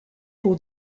pour